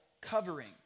covering